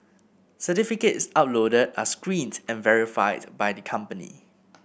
certificates uploaded are screened and verified by the company